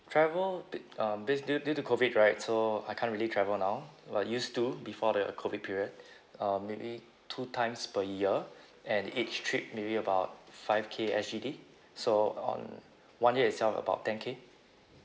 travel di~ um based due due to COVID right so I can't really travel now uh I used to before the COVID period um maybe two times per year and each trip maybe about five K S_G_D so on one year itself about ten K